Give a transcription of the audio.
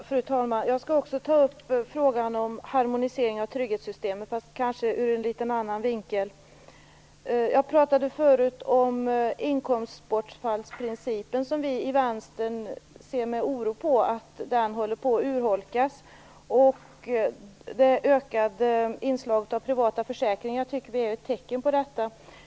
Fru talman! Jag skall också ta upp frågan om en harmonisering av trygghetssystemet, men kanske från en annan vinkel. Jag pratade förut om inkomstbortfallsprincipen. Vi i Vänstern ser med oro på att denna håller på att urholkas. Det ökade inslaget av privata försäkringar tycker vi är ett tecken på det.